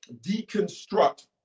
deconstruct